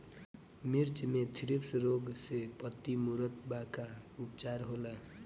मिर्च मे थ्रिप्स रोग से पत्ती मूरत बा का उपचार होला?